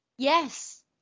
Yes